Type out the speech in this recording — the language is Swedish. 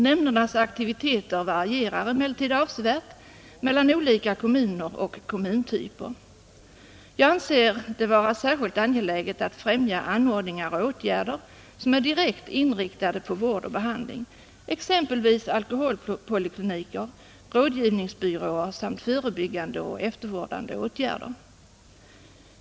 Nämndernas aktiviteter varierar emellertid avsevärt mellan olika kommuner och kommuntyper. Jag anser det vara särskilt angeläget att främja anordningar och åtgärder som är direkt inriktade på vård och behandling, exempelvis alkoholpolikliniker, rådgivningsbyråer samt förebyggande och eftervårdande åtgärder.